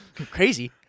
Crazy